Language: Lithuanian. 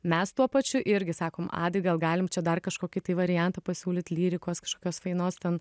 mes tuo pačiu irgi sakom a tai gal galim čia dar kažkokį tai variantą pasiūlyt lyrikos kažkokios fainos ten